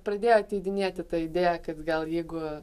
pradėjo ateidinėti ta idėja kad gal jeigu